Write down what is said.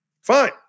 Fine